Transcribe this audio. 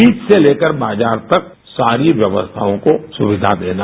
बीज से लेकर बाजार तक सारी व्यवस्थाओं को सुविधा देना